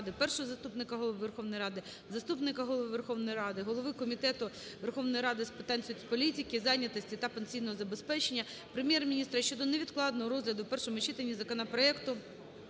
Першого заступника Голови Верховної Ради, заступника Голови Верховної Ради, голови Комітету Верховної Ради з питаньсоцполітики, зайнятості та пенсійного забезпечення, Прем'єр-міністра щодо невідкладного розгляду у першому читанні законопроекту